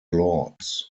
lords